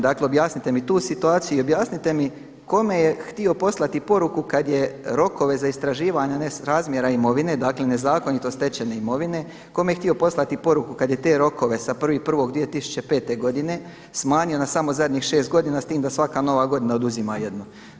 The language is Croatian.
Dakle objasnite mi tu situaciju i objasnite mi kome je htio poslati poruku kada je rokove za istraživanja nesrazmjera imovine, dakle nezakonito stečene imovine, kome je htio poslati poruku kada je te rokove sa 1.1.2005. godine smanjio na samo zadnjih šest godina, s tim da nova godina oduzima jednu?